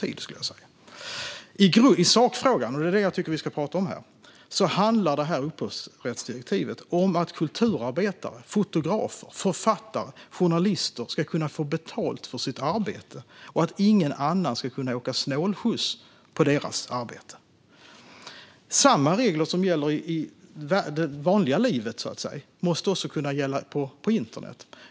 I sakfrågan, och det är den jag tycker att vi ska tala om här, handlar upphovsrättsdirektivet om att kulturarbetare - fotografer, författare och journalister - ska kunna få betalt för sitt arbete och att ingen ska kunna åka snålskjuts på deras arbete. Samma regler som gäller i det vanliga livet, så att säga, måste också kunna gälla på internet.